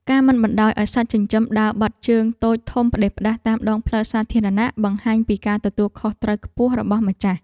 ការមិនបណ្តោយឱ្យសត្វចិញ្ចឹមដើរបត់ជើងតូចធំផ្តេសផ្តាសតាមដងផ្លូវសាធារណៈបង្ហាញពីការទទួលខុសត្រូវខ្ពស់របស់ម្ចាស់។